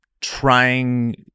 trying